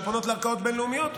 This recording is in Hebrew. ופונות לערכאות בין-לאומיות.